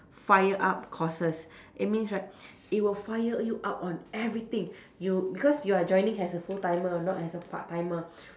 fire up courses it means right it will fire you up on everything you because you are joining as a full timer not as a part timer